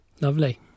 lovely